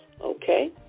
Okay